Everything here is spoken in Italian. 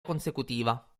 consecutiva